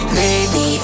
baby